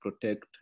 protect